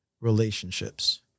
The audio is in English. relationships